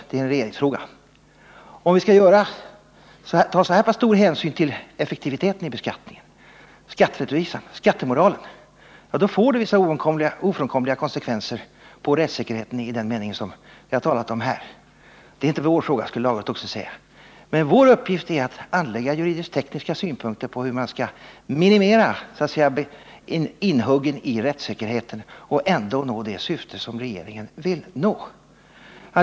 Det är en regeringsfråga. Om vi skall ta så här pass stor hänsyn till effektiviteten i beskattningen, skatterättvisan, skattemoralen, får det vissa ofrånkomliga konsekvenser på rättssäkerheten i den mening som jag har talat om här. Det är inte vår fråga, skulle lagrådet också säga, men vår uppgift är att anlägga juridisk-tekniska synpunkter på hur man skall ”minimera inhuggen” i rättssäkerheten och ändå nå det syfte som regeringen vill nå.